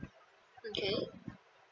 okay